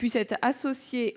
versante